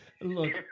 Look